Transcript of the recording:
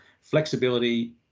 flexibility